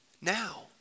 Now